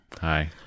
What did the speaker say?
Hi